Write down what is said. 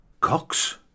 Cox